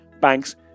banks